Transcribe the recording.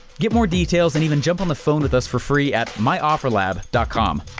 get more details and even jump on the phone with us for free at myofferlab com.